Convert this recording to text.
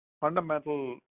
fundamental